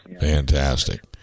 Fantastic